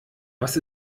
was